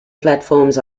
platforms